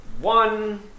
one